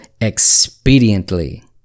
expediently